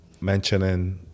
mentioning